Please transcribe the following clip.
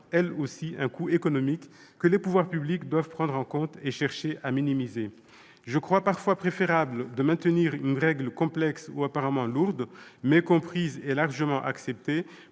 a un coût économique, que les pouvoirs publics doivent prendre en compte et chercher à minimiser. Ainsi, je crois parfois préférable de maintenir une règle complexe ou apparemment lourde, mais comprise et largement acceptée,